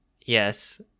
Yes